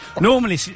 normally